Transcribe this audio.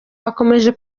bakomeje